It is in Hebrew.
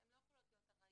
הן לא יכולות להיות ארעיות,